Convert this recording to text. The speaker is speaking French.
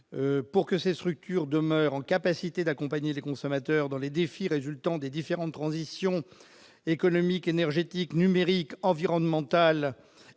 pour que ces structures demeurent en capacité d'accompagner les consommateurs dans les défis résultant des différentes transitions économiques, énergétiques numérique environnemental